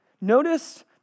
Notice